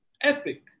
epic